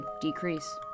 decrease